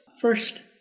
First